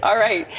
um right.